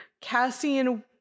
Cassian